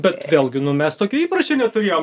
bet vėlgi nu mes tokio įpročio neturėjom